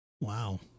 Wow